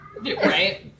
right